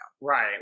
right